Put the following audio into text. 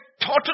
total